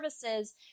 services